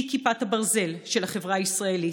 היא כיפת הברזל של החברה הישראלית.